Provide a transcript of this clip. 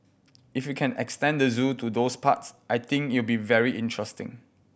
if you can extend the zoo to those parts I think it'll be very interesting